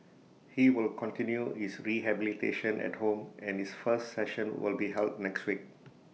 he will continue his rehabilitation at home and his first session will be held next week